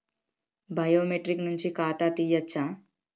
Biometric నుంచి ఖాతా తీయచ్చా?